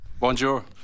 Bonjour